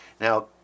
Now